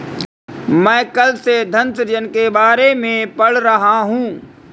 मैं कल से धन सृजन के बारे में पढ़ रहा हूँ